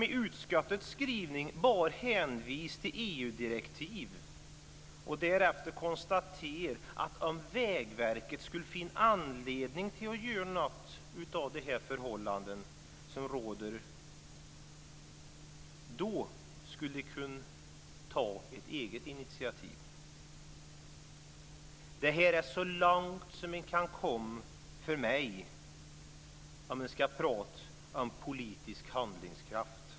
I utskottets skrivning hänvisar man till EU direktiv och konstaterar att om Vägverket skulle finna anledning att göra något åt det förhållande som råder skulle man kunna ta ett eget initiativ. Det är så långt som man kan komma för mig om man ska prata om politisk handlingskraft.